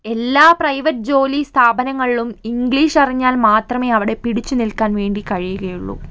എല്ലാ പ്രൈവറ്റ് ജോലി സ്ഥാപനങ്ങളിലും ഇംഗ്ലീഷറിഞ്ഞാൽ മാത്രമേ അവിടെ പിടിച്ചു നിൽക്കാൻ വേണ്ടി കഴിയുകയുള്ളു